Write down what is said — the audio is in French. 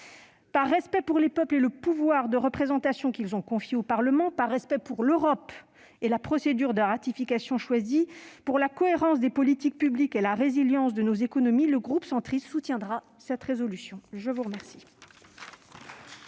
Par respect pour les peuples et pour le pouvoir de représentation qu'ils ont confié au Parlement, par respect pour l'Europe et pour la procédure de ratification choisie, pour la cohérence des politiques publiques et la résilience de nos économies, le groupe Union Centriste soutiendra cette proposition de résolution.